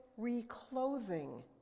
reclothing